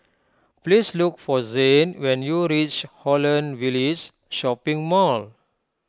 please look for Zhane when you reach Holland Village Shopping Mall